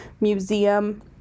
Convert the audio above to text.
museum